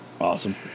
Awesome